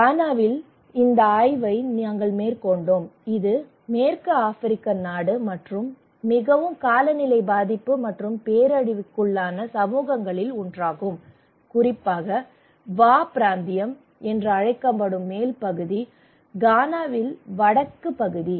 கானாவில் இந்த ஆய்வை நாங்கள் மேற்கொண்டோம் இது மேற்கு ஆபிரிக்க நாடு மற்றும் மிகவும் காலநிலை பாதிப்பு மற்றும் பேரழிவுக்குள்ளான சமூகங்களில் ஒன்றாகும் குறிப்பாக வா பிராந்தியம் என்று அழைக்கப்படும் மேல் பகுதி கானாவின் வடக்கு பகுதி